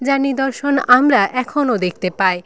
যার নিদর্শন আমরা এখনো দেখতে পাই